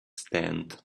stand